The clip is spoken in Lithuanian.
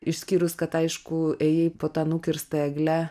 išskyrus kad aišku ėjai po ta nukirsta egle